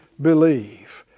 believe